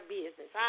business